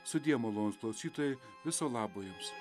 sudie malonūs klausytojai viso labo jums